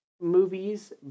movies